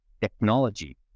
technology